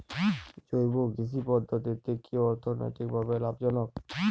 জৈব কৃষি পদ্ধতি কি অর্থনৈতিকভাবে লাভজনক?